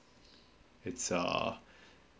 it's uh